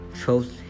chose